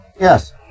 Yes